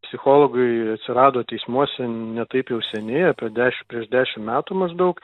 psichologai atsirado teismuose ne taip jau seniai apie deš prieš dešim metų maždaug